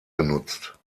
genutzt